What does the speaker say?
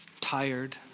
tired